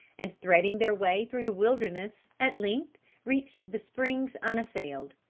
and threading their way through the wilderness, at length reached the springs unassailed.